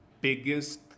biggest